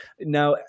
Now